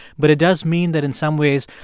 but it does mean that, in some ways,